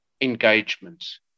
engagements